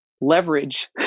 leverage